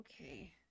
Okay